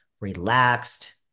relaxed